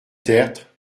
tertre